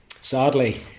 Sadly